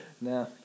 no